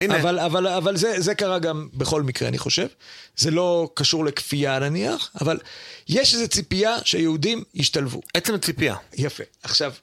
א-אבל-אבל-אבל זה-זה קרה גם בכל מקרה, אני חושב. זה לא קשור לכפייה, נניח, אבל יש איזו ציפייה שהיהודים ישתלבו. עצם ציפייה. יפה. עכשיו,